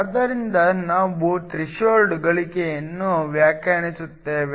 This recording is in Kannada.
ಆದ್ದರಿಂದ ನಾವು ಥ್ರೆಶೋಲ್ಡ್ ಗಳಿಕೆಯನ್ನು ವ್ಯಾಖ್ಯಾನಿಸುತ್ತೇವೆ